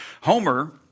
Homer